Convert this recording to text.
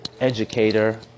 educator